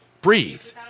Breathe